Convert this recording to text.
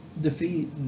defeat